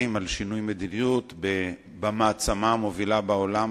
שינוי מדיניות במעצמה המובילה בעולם,